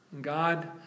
God